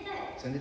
seven thirty